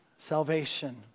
salvation